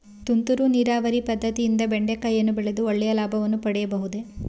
ತುಂತುರು ನೀರಾವರಿ ಪದ್ದತಿಯಿಂದ ಬೆಂಡೆಕಾಯಿಯನ್ನು ಬೆಳೆದು ಒಳ್ಳೆಯ ಲಾಭವನ್ನು ಪಡೆಯಬಹುದೇ?